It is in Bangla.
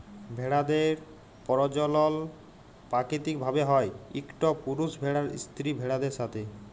ভেড়াদের পরজলল পাকিতিক ভাবে হ্যয় ইকট পুরুষ ভেড়ার স্ত্রী ভেড়াদের সাথে